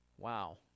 wow